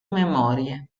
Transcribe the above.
memorie